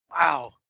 Wow